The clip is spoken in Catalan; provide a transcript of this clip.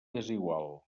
desigual